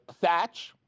Thatch